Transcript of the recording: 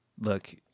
Look